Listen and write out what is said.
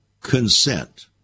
consent